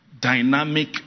dynamic